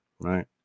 right